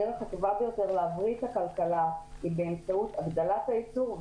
הדרך הטובה ביותר להבריא את הכלכלה היא באמצעות הגדלת הייצור,